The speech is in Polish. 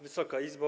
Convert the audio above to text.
Wysoka Izbo!